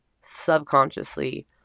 subconsciously